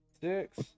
six